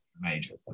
major